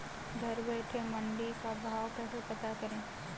घर बैठे मंडी का भाव कैसे पता करें?